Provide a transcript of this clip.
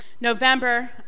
November